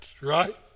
Right